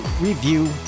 review